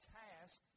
task